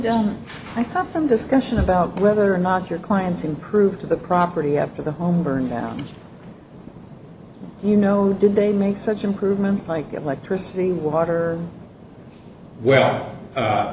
down i saw some discussion about whether or not your clients improve the property after the home burned down you know did they make such improvements like electricity water well